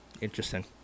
Interesting